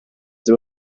they